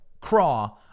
craw